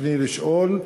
רצוני לשאול: